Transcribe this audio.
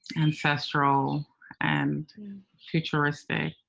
ancestral and futuristic,